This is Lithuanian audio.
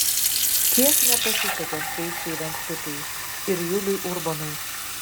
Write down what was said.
kiek nepasisekė skaistei venckutei ir juliui urbonui